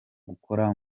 gukora